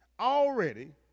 Already